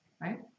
right